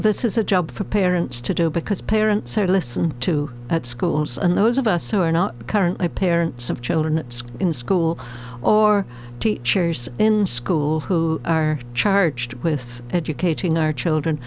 this is a job for parents to do because parents listen to schools and those of us who are not currently parents of children in school or teachers in school who are charged with educating our children